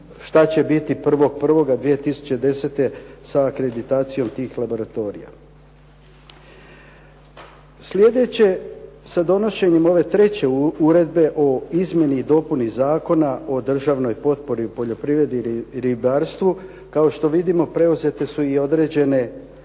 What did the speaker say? što će biti 1.1.2010. sa akreditacijom tih laboratorija. Sljedeće sa donošenjem ove treće uredbe o izmjeni i dopuni Zakona o državnoj potpori u poljoprivredi i ribarstvu, kao što vidimo preuzete su i određene